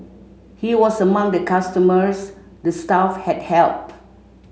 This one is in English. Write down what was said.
he was among the customers the staff had helped